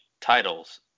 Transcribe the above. titles